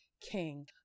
King